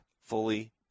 fully